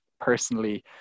personally